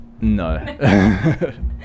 No